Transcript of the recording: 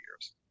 years